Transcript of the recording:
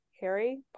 Harry